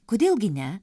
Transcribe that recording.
kodėl gi ne